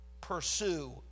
pursue